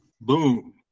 Boom